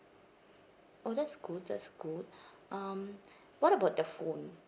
oh that's good that's good um what about the phone